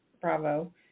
bravo